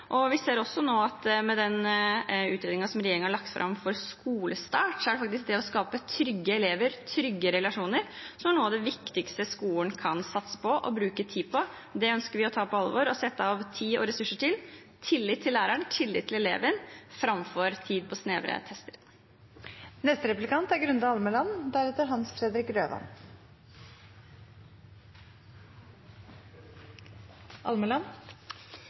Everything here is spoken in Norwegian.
Vi ser nå at i den utredningen regjeringen har lagt fram for skolestart, er faktisk det å skape trygge elever og trygge relasjoner noe av det viktigste skolen kan satse på og bruke tid på. Det ønsker vi å ta på alvor og sette av tid og ressurser til – tillit til læreren, tillit til eleven, framfor tid på snevre tester.